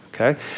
okay